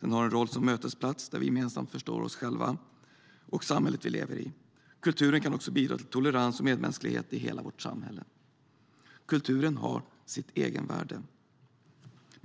Den har en roll som mötesplats där vi gemensamt förstår oss själva och samhället vi lever i. Kulturen kan också bidra till tolerans och medmänsklighet i hela vårt samhälle. Kulturen har sitt egenvärde.